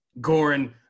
Goran